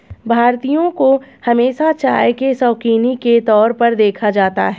भारतीयों को हमेशा चाय के शौकिनों के तौर पर देखा जाता है